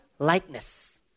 likeness